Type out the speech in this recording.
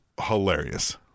hilarious